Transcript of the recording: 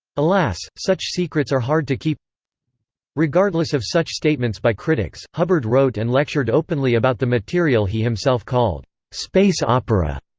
alas, such secrets are hard to keep regardless of such statements by critics, hubbard wrote and lectured openly about the material he himself called space opera.